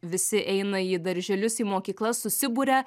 visi eina į darželius į mokyklas susiburia